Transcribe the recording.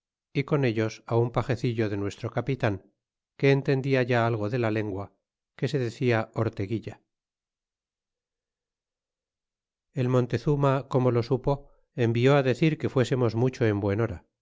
é con ellos un pagecillo de nuestro capital que entendia ya algo de la lengua que se decia orteguilla y el montezuma como lo supo envió decir que fuésemos mucho en buen hora